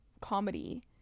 comedy